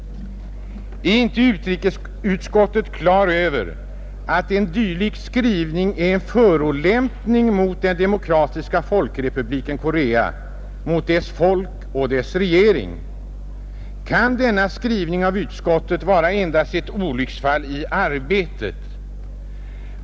Är inte utrikesutskottet på det klara med att en dylik skrivning är en förolämpning mot Demokratiska folkrepubliken Korea, mot dess folk och dess regering? Kan denna skrivning av utskottet vara endast ett olycksfall i arbetet?